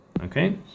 Okay